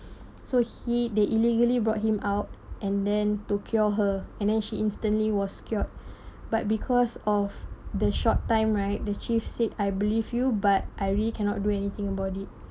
so he they illegally brought him out and then to cure her and then she instantly was cured but because of the short time right the chief said I believe you but I really cannot do anything about it